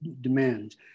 demands